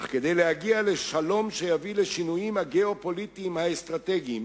אך כדי להגיע לשלום שיביא לשינויים הגיאו-פוליטיים האסטרטגיים